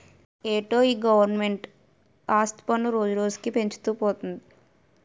ఏటో ఈ గవరమెంటు ఆస్తి పన్ను రోజురోజుకీ పెంచుతూ పోతంది